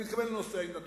אני מתכוון לנושא ההתנתקות,